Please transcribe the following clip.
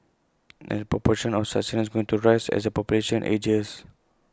and the proportion of such seniors going to rise as the population ages